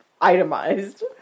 itemized